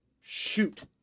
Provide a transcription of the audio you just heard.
shoot